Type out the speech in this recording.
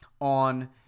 on